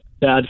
bad